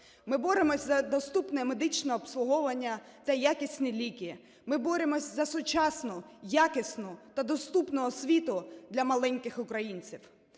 Ми боремося за доступне медичне обслуговування та якісні ліки. Ми боремося за сучасну, якісну та доступну освіту для маленьких українців.